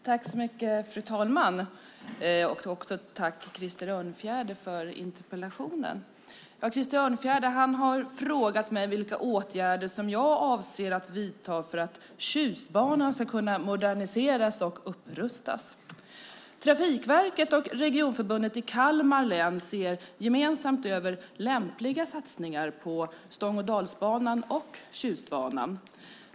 Fru talman! Jag tackar Krister Örnfjäder för interpellationen. Han har frågat mig vilka åtgärder som jag avser att vidta för att Tjustbanan ska kunna moderniseras och upprustas. Trafikverket och Regionförbundet i Kalmar län ser gemensamt över lämpliga satsningar på Stångådalsbanan och Tjustbanan.